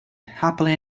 happily